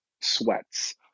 sweats